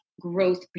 growth